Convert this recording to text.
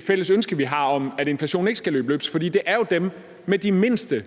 fælles ønske, vi har, om, at inflationen ikke skal løbe løbsk. For det er jo dem med de mindste